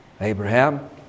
Abraham